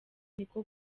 niko